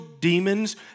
demons